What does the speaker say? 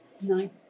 nice